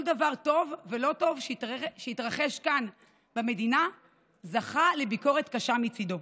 כל דבר טוב ולא טוב שהתרחש כאן במדינה זכה לביקורת קשה מצידו.